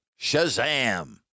Shazam